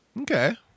Okay